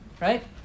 Right